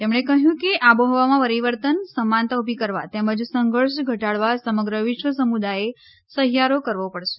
તેમણે કહ્યું કે આબોહવામાં પરિવર્તન સમાનતા ઊભી કરવા તેમજ સંઘર્ષ ઘટાડવા સમગ્ર વિશ્વ સમુદાયે સહિયારો કરવો પડશે